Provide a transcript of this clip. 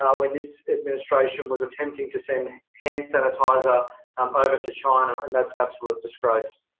ah when this administration was attempting to send hand sanitiser um over to china. and that's an absolute disgrace.